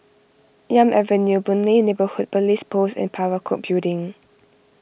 Elm Avenue Boon Lay Neighbourhood Police Post and Parakou Building